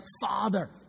father